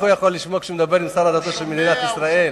איך הוא יכול לשמוע כשהוא מדבר עם שר הדתות של מדינת ישראל?